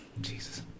jesus